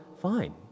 fine